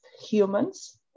humans